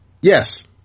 Yes